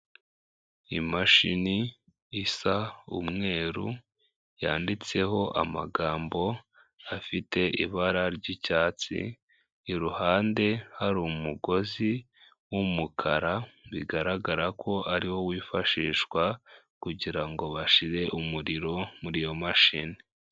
Imashini isa umweru, yanditseho amagambo afite ibara ry'icyatsi, iruhande hari umugozi w'umukara, bigaragara ko ariwo wifashishwa kugira ngo bashyire umuriro muri iyo mashini.